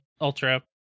ultra